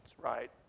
Right